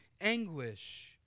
anguish